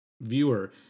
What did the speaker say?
viewer